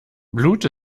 blut